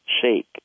shake